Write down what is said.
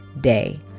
day